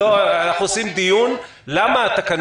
מה בעיה להעלות בן אדם?